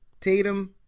Tatum